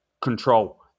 control